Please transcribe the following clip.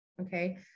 Okay